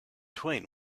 twain